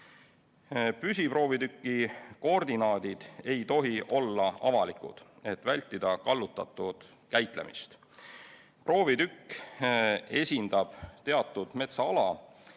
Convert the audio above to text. Püsiproovitüki koordinaadid ei tohi olla avalikud, et vältida kallutatud käitumist. Proovitükk esindab teatud metsaala.